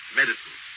medicine